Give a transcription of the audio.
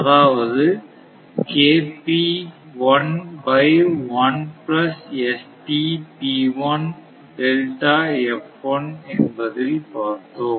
அதாவது என்பதில் பார்த்தோம்